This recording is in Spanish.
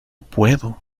puedo